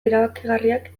erabakigarriak